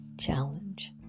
challenge